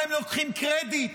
אתם לוקחים קרדיט